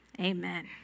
Amen